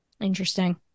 Interesting